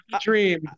dream